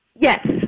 Yes